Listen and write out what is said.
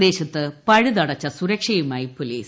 പ്രദേശത്ത് പഴുതടച്ചു സുരക്ഷയുമായി പോലീസ്